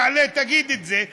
תעלה תגיד את זה,